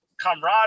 camaraderie